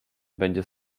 będzie